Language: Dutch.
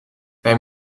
wij